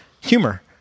humor